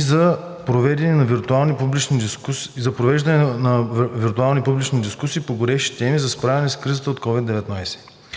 са виртуални публични дискусии по горещи теми за справяне с кризата от COVID-19.